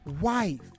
wife